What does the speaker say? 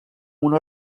una